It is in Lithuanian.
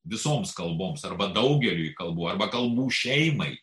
visoms kalboms arba daugeliui kalbų arba kalnų šeimai